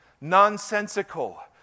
nonsensical